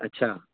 अछा